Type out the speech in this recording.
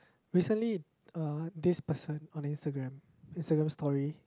recently uh this person on Instagram Instagram story